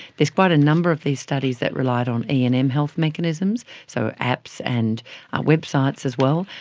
there's quite a number of these studies that relied on e and m health mechanisms, so apps and websites as well.